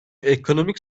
ekonomik